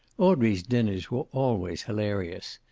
audrey's dinners were always hilarious.